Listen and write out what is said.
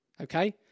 okay